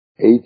eight